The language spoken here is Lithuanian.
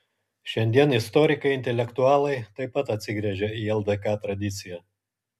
šiandien istorikai intelektualai taip pat atsigręžią į ldk tradiciją